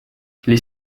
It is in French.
les